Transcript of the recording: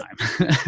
time